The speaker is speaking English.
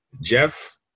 Jeff –